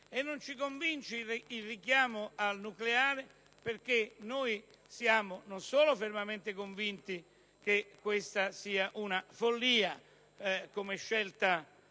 ma non ci convince il richiamo al nucleare, in quanto siamo fermamente convinti che questa sia una follia come scelta,